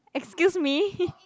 excuse me